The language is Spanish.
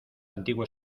antiguo